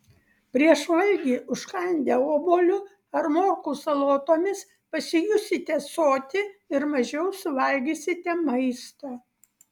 prieš valgį užkandę obuoliu ar morkų salotomis pasijusite soti ir mažiau suvalgysite maisto